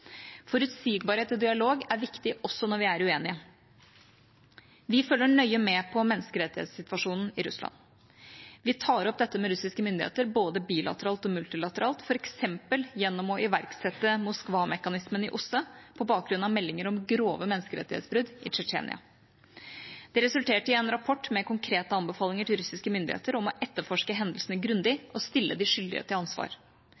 Forutsigbarhet og dialog er viktig, også når vi er uenige. Vi følger nøye med på menneskerettighetssituasjonen i Russland. Vi tar dette opp med russiske myndigheter både bilateralt og multilateralt, f.eks. gjennom å iverksette Moskva-mekanismen i OSSE på bakgrunn av meldinger om grove menneskerettighetsbrudd i Tsjetsjenia. Det resulterte i en rapport med konkrete anbefalinger til russiske myndigheter om å etterforske hendelsene grundig og stille de skyldige til ansvar.